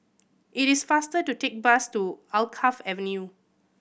it is faster to take bus to Alkaff Avenue